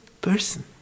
person